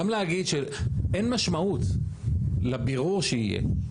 גם להגיד שאין משמעות לבירור שיהיה.